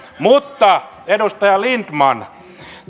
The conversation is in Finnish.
mutta edustaja lindtman